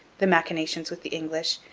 the machinations with the english,